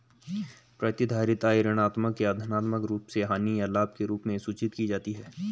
प्रतिधारित आय ऋणात्मक या धनात्मक रूप से हानि या लाभ के रूप में सूचित की जाती है